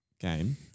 game